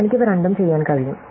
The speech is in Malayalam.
എനിക്ക് ഇവ രണ്ടും ചെയ്യാൻ കഴിയും